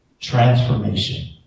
transformation